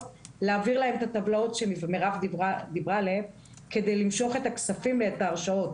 את הטבלאות שמירב דיברה עליהן כדי למשוך את הכספים ואת ההרשאות.